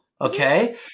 Okay